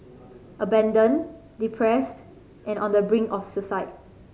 abandoned depressed and on the brink of suicide